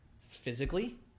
physically